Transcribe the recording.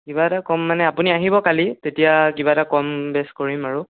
কিবা এটা কম মানে আপুনি আহিব কালি তেতিয়া কিবা এটা কম বেছ কৰিম আৰু